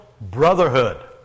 Brotherhood